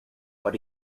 what